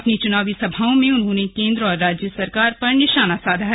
अपनी चुनावी सभाओं में उन्होंने कोन्द्र और राज्य सरकार पर निशाना साधा